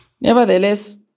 Nevertheless